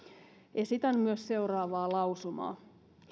esitän myös seuraavaa lausumaa